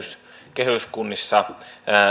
kehyskunnissa